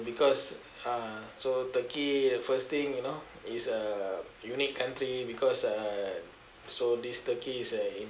because uh so turkey first thing you know is a unique country because uh so this turkey is a